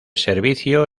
servicio